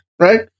Right